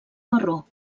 marró